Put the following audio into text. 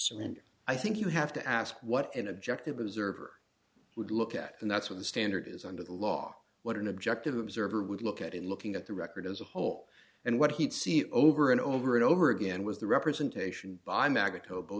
surrender i think you have to ask what an objective observer would look at and that's what the standard is under the law what an objective observer would look at in looking at the record as a whole and what he'd see over and over and over again with the representation by mag